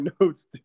notes